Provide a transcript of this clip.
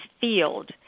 field